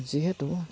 যিহেতু